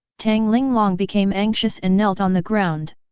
tang linglong became anxious and knelt on the ground.